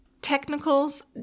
technicals